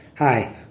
Hi